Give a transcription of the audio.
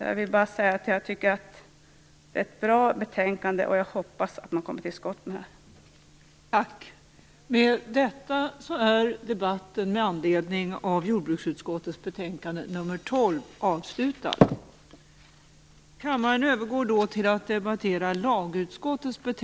Jag vill bara säga att jag tycker att det är ett bra betänkande, och jag hoppas att man kommer till skott med detta.